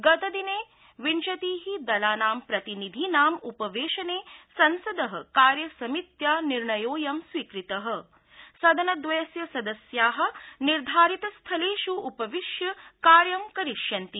गतदिने विंशति दलानां प्रतिनिधीनाम् उपवेशने संसद कार्यसमित्या निर्णयोड़यम् स्वीकृत सदन द्वयस्य सदस्या निर्धारितस्थलेष् उपविश्य कार्यम् करिष्यन्ति